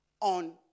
on